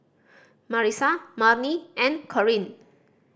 Marisa Marni and Kareen